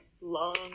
long